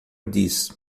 diz